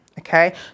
Okay